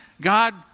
God